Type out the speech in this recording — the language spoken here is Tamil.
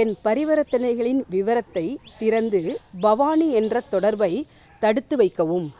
என் பரிவரத்தனைகளின் விவரத்தைத் திறந்து பவானி என்ற தொடர்பை தடுத்து வைக்கவும்